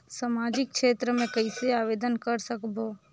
समाजिक क्षेत्र मे कइसे आवेदन कर सकबो?